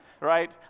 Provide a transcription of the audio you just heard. Right